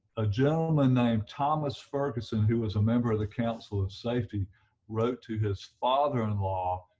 a gentleman named thomas ferguson who was a member of the council of safety wrote to his father-in-law,